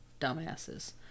dumbasses